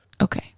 Okay